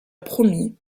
promis